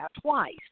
twice